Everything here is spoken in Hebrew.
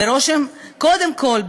קודם כול,